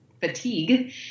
fatigue